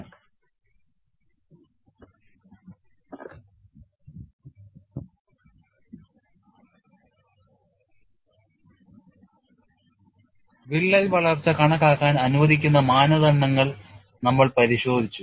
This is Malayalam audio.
Mixed Mode Fracture Continued വിള്ളൽ വളർച്ച കണക്കാക്കാൻ അനുവദിക്കുന്ന മാനദണ്ഡങ്ങൾ നമ്മൾ പരിശോധിച്ചു